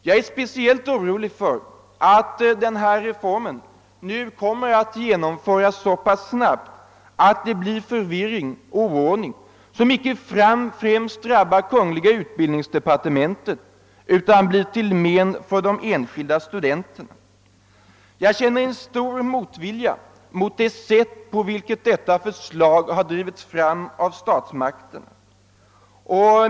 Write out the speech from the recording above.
Jag är speciellt orolig för att reformen nu kommer att genomföras så snabbt, att det blir förvirring och oordning, som icke främst drabbar kungl. utbildningsdepartementet, utan i första hand blir till men för de enskilda studenterna. Jag känner stark motvilja mot det sätt på vilket detta förslag har drivits fram av statsmakterna.